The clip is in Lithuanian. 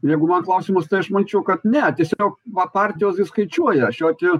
jeigu man klausimas tai aš manyčiau kad ne tiesiog va partijos gi skaičiuoja šiuo atveju